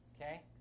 Okay